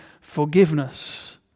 forgiveness